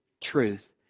truth